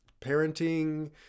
parenting